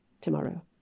tomorrow